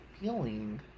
feeling